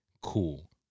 Cool